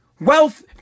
wealth